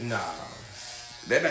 Nah